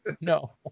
No